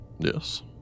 Yes